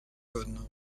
bonnes